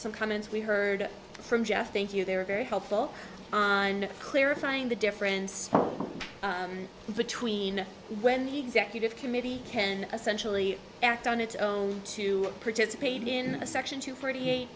some comments we heard from jeff thank you they're very helpful on clarifying the difference between when he executive committee can essentially act on its own to participate in a section two forty eight